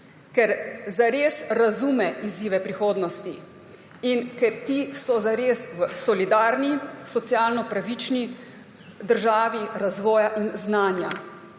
ker zares razume izzive prihodnosti in ker so ti zares v solidarni, socialno pravični državi razvoja in znanja.